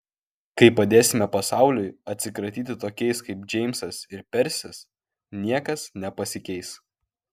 kai padėsime pasauliui atsikratyti tokiais kaip džeimsas ir persis niekas nepasikeis